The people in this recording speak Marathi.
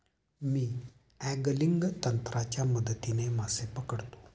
मी अँगलिंग तंत्राच्या मदतीने मासे पकडतो